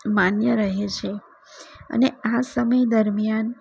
માન્ય રહે છે અને આ સમય દરમિયાન